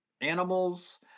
animals